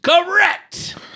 Correct